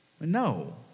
No